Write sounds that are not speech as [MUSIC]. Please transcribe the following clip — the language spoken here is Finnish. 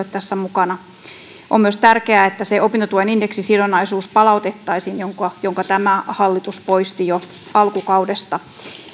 [UNINTELLIGIBLE] tässä mukana on myös tärkeää että palautettaisiin se opintotuen indeksisidonnaisuus jonka jonka tämä hallitus poisti jo alkukaudesta